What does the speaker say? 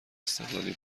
استقلالی